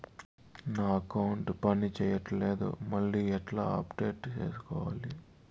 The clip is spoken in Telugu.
నా అకౌంట్ పని చేయట్లేదు మళ్ళీ ఎట్లా అప్డేట్ సేసుకోవాలి?